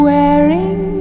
Wearing